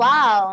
Wow